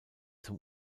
zum